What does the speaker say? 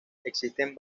existen